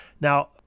Now